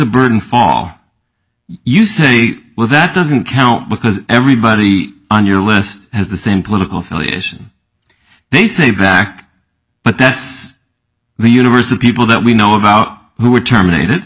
burden fall you say well that doesn't count because everybody on your list has the same political affiliation they say back but that's the universe of people that we know about who were terminated